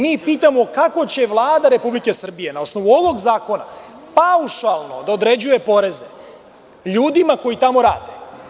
Mi pitamo, kako će Vlada Republike Srbije na osnovu ovog zakona paušalno da određuje poreze, ljudima koji tamo rade?